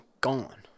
gone